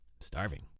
starving